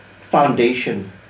foundation